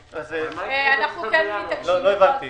אנחנו כן מתעקשים בכל זאת.